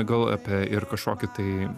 gal apie ir kažkokį tai